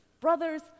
brothers